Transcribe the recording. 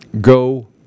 Go